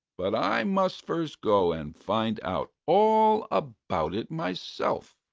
but i must first go and find out all about it myself.